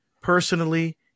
personally